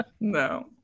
No